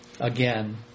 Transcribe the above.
again